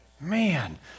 Man